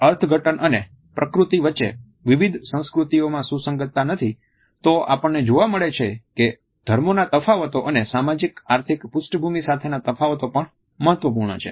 જો અર્થઘટન અને પ્રકૃતિ વચ્ચે વિવિધ સંસ્કૃતિઓમાં સુસંગતા નથી તો આપણને જોવા મળે છે કે ધર્મોના તફાવતો અને સામાજિક આર્થિક પૃષ્ઠભૂમિ સાથેના તફાવતો પણ મહત્વપૂર્ણ છે